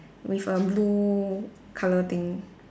with a blue colour thing